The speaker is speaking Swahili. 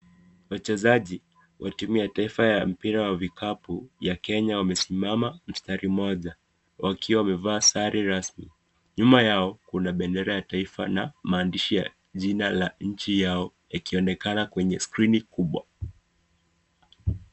Wachezaji wa timu ya taifa wa mpira ya vikapu ya Kenya wamesimama mstari moja wakiwa wamevaa sare rasmi, nyuma yao kuna bendera ya taifa na maandishi ya jina la nchi yao ikionekana kwenye skrini kubwa.